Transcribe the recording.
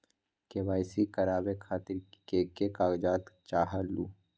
KYC करवे खातीर के के कागजात चाहलु?